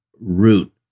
root